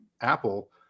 Apple